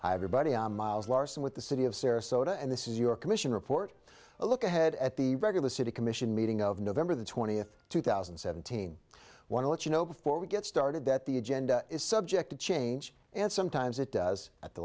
everybody i'm miles larsen with the city of sarasota and this is your commission report a look ahead at the regular city commission meeting of november the twentieth two thousand and seventeen want to let you know before we get started that the agenda is subject to change and sometimes it does at the